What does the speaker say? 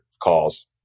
calls